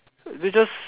they just